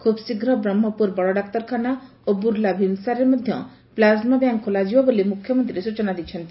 ଖୁବ୍ ଶୀଘ୍ର ବ୍ରହ୍କପୁର ବଡ଼ ଡାକ୍ତରଖାନା ଓ ବୁର୍ଲା ଭୀମ୍ସାର୍ରେ ମଧ ପ୍ଲାକ୍ମା ବ୍ୟାଙ୍ ଖୋଲାଯିବ ବୋଲି ମୁଖ୍ୟମନ୍ତୀ ସୂଚନା ଦେଇଛନ୍ତି